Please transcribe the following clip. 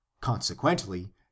Consequently